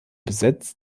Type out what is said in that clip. besitz